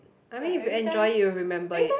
I mean if you enjoy it you will remember it